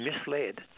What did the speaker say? misled